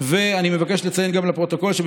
גל אחד יותר מדי להרבה מאוד אנשים,